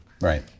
Right